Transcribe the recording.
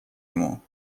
ему